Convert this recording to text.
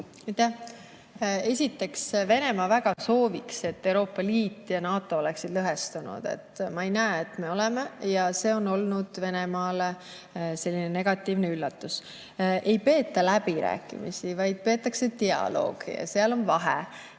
Esiteks, Venemaa väga soovib, et Euroopa Liit ja NATO oleksid lõhestunud. Ma ei näe, et me oleme, ja see on olnud Venemaale negatiivne üllatus. Ei peeta läbirääkimisi, vaid peetakse dialoogi. Ja vahe